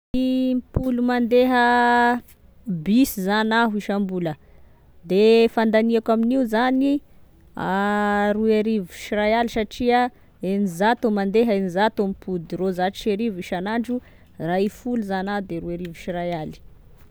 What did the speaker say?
Impolo mandeha bus zany aho isambola, dia fandaniako amin'io zany roy arivo sy ray aly satria, eninzato mandeha, eninzato mipody, roanzato sy arivo isanandro, raha i folo zany a de roy arivo sy ray aly